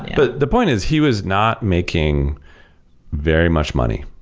but the point is he was not making very much money.